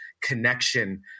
connection